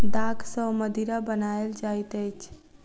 दाख सॅ मदिरा बनायल जाइत अछि